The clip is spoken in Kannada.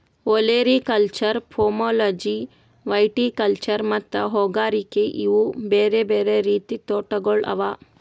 ಒಲೆರಿಕಲ್ಚರ್, ಫೋಮೊಲಜಿ, ವೈಟಿಕಲ್ಚರ್ ಮತ್ತ ಹೂಗಾರಿಕೆ ಇವು ಬೇರೆ ಬೇರೆ ರೀತಿದ್ ತೋಟಗೊಳ್ ಅವಾ